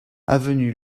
avenue